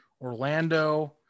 Orlando